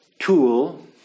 tool